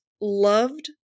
loved